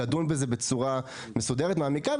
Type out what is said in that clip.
לדון בו בצורה מסודרת ומעמיקה,